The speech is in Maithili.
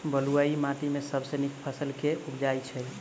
बलुई माटि मे सबसँ नीक फसल केँ उबजई छै?